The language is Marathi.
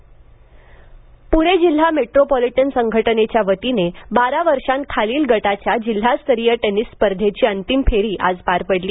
टेबल टेनिस स्पर्धा पुणे जिल्हा मेट्रोपोलिटन संघटनेच्या वतीने बारा वर्षांखालील गटाच्या जिल्हास्तरीय टेनिस स्पर्धेची अंतिम फेरी आज पार पडली